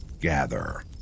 gather